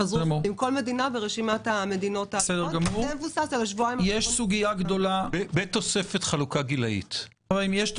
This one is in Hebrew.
שזה יהיה מבוסס על השבועיים האחרונים.